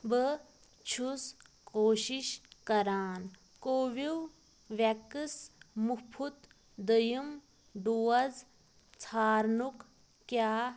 بہٕ چھُس کوٗشِش کران کوٚوِڈ ویٚکسیٖن مفت دوٚیِم ڈوز ژھارنُک کیٛاہ